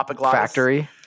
Factory